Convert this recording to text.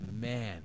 man